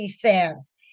fans